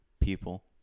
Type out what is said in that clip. people